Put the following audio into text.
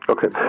Okay